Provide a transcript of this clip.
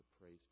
praise